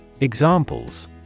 Examples